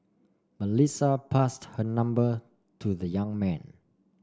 Melissa passed her number to the young man